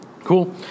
Cool